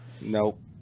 Nope